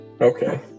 Okay